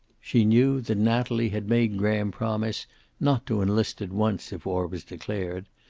she knew that natalie had made graham promise not to enlist at once, if war was declared,